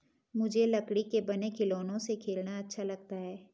मुझे लकड़ी के बने खिलौनों से खेलना अच्छा लगता है